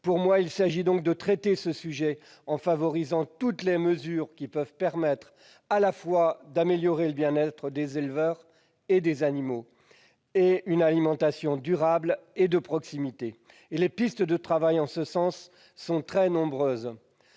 Pour moi, il s'agit donc de traiter ce sujet en favorisant toutes les mesures qui peuvent permettre d'améliorer le bien-être à la fois des éleveurs et des animaux, et de promouvoir une alimentation durable et de proximité. Les pistes de travail en ce sens sont très nombreuses.